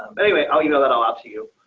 but anyway, i'll email it all out to you.